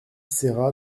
serra